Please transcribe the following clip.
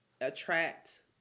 attract